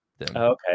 okay